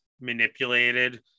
manipulated